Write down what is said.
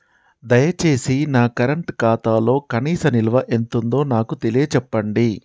దయచేసి నా కరెంట్ ఖాతాలో కనీస నిల్వ ఎంతుందో నాకు తెలియచెప్పండి